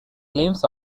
claims